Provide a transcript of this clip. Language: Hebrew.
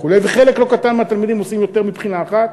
וכו'; וחלק לא קטן מהתלמידים עושים יותר מבחינה אחת.